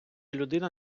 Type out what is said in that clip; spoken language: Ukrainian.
людина